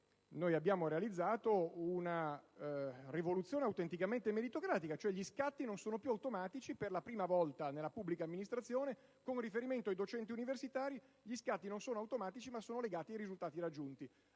Noi abbiamo realizzato una rivoluzione autenticamente meritocratica: per la prima volta nella pubblica amministrazione, con riferimento ai docenti universitari, gli scatti non sono più automatici, ma sono legati ai risultati raggiunti.